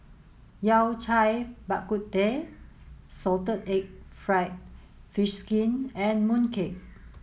Yao Cai Bak Kut Teh salted egg fried fish skin and mooncake